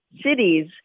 cities